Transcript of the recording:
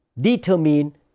determine